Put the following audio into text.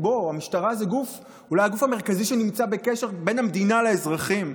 המשטרה זה אולי הגוף המרכזי שנמצא בקשר בין המדינה לאזרחים.